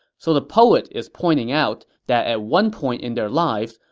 so the poet is pointing out that at one point in their lives,